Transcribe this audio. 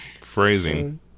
Phrasing